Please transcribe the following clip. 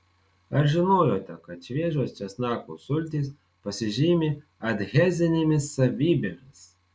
ar žinojote kad šviežios česnakų sultys pasižymi adhezinėmis savybėmis